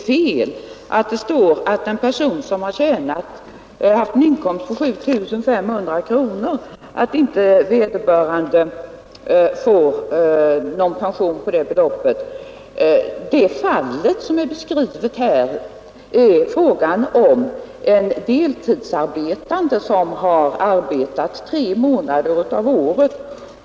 Men en person som haft en inkomst på 7 500 kronor skall inte få någon pension på det beloppet i det fall som återgivits och som gäller en deltidsarbetande som arbetat tre månader av året.